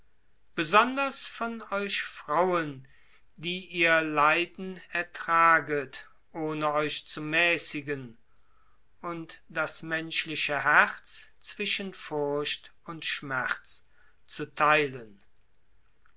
besonders von euch frauen die ihr ertraget ohne euch zu mäßigen und das menschliche herz zwischen furcht und schmerzen zu theilen